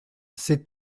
ces